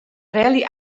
rally